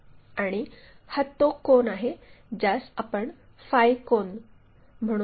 आणि हा तो कोन आहे ज्यास आपण फाय कोन म्हणून पहात आहोत